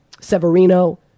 Severino